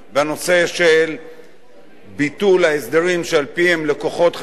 בנושא של ביטול ההסדרים שעל-פיהם לקוחות חייבים